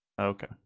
Okay